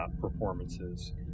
performances